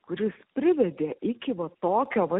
kuris privedė iki va tokio va